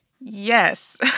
Yes